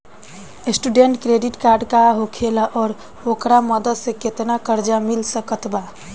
Student credit card का होखेला और ओकरा मदद से केतना कर्जा मिल सकत बा?